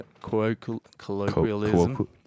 colloquialism